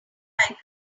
recycled